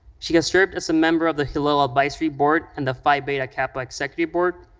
she has served as a member of the hillel ah advisory board and the phi beta kappa executive board.